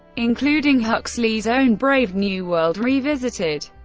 including huxley's own brave new world revisited.